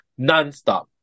nonstop